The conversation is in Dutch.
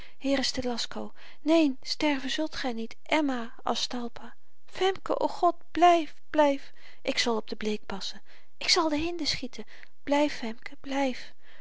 hier is telasco neen sterven zult gy niet emma aztalpa femke o god blyf blyf ik zal op de bleek passen ik zal de hinde schieten blyf femke blyf